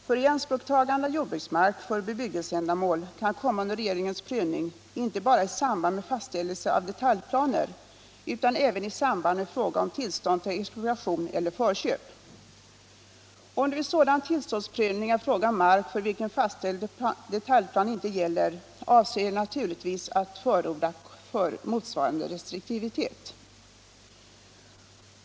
Fråga om ianspråktagande av jordbruksmark för bebyggelseändamål kan komma under regeringens prövning inte bara i samband med fastställelse av detaljplaner utan även i samband med fråga om tillstånd till expropriation eller förköp. Om det vid sådan tillståndspröv 5 ning rör sig om mark för vilken fastställd detaljplan inte gäller, avser jag naturligtvis att förorda motsvarande restriktivitet.